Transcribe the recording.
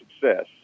success